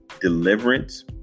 deliverance